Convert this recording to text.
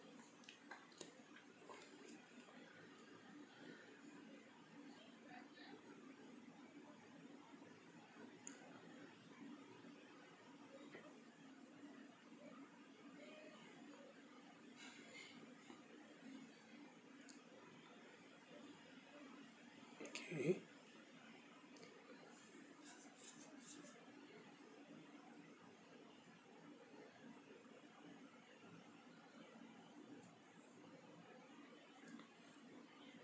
okay